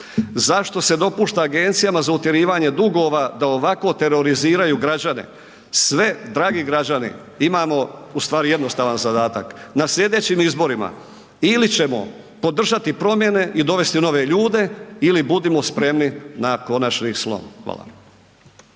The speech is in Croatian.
Zašto se dopušta Agencijama za utjerivanje dugova da ovako teroriziraju građane? Sve dragi građani imamo ustvari jednostavan zadatak, na sljedećim izborima ili ćemo podržati promjene i dovesti nove ljude ili budimo spremni na konačni slom. Hvala.